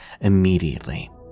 immediately